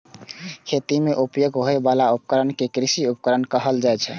खेती मे उपयोग होइ बला उपकरण कें कृषि उपकरण कहल जाइ छै